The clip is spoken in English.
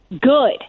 good